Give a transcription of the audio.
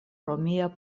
romia